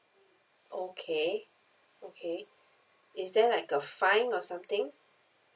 okay okay is there like a fine or something